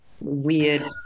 weird